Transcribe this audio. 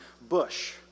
bush